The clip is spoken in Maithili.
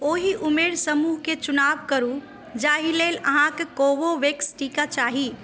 ओहि उमेर समूहके चुनाव करू जाहि लेल अहाँक कोवोवेक्स टीका चाही